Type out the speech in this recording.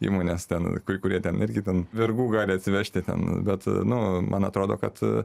įmonės ten kur kurie ten irgi ten vergų gali atsivežti ten bet nu man atrodo kad